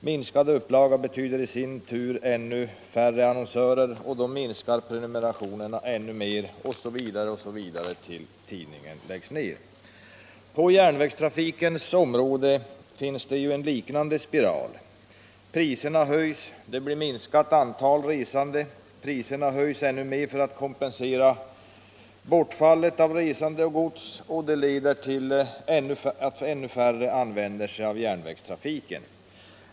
Minskad upplaga betyder i sin tur ännu färre annonsörer, och då minskar prenumeranterna ännu mer osv., tills tidningen läggs ner. På järnvägstrafikens område finns det ju en liknande spiral. Priserna höjs. Det blir minskat antal resande, och priserna höjs ännu mer för att kompensera bortfallet av resande och gods, och det leder till att ännu färre använder sig av järnvägstrafiken.